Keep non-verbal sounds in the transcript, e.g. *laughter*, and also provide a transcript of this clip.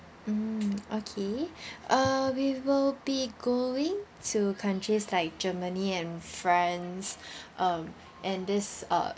mm okay *breath* uh we will be going to countries like germany and france *breath* um and this uh